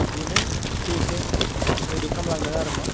बिदिनो एसे एसे रेदि खालामलांदों आरो ना